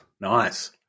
Nice